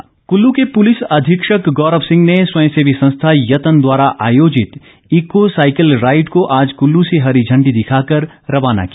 cycle rally Kullu के police अधीक्षक गौरव सिंह ने स्वयं सेवी संस्था यत्न द्वारा आयोजित ईको साईकिल राईड को आज कुल्लू से हरी इांडी दिखाकर रवाना किया